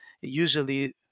usually